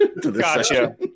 Gotcha